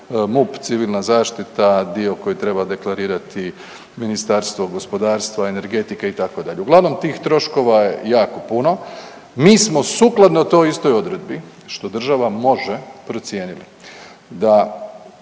MUP, civilna zaštita, dio koji treba deklerirati Ministarstvo gospodarstva, energetike itd., uglavnom tih troškova je jako puno. Mi smo sukladno toj istoj odredbi što država može procijeniti da